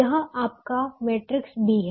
यह आपका matrix B है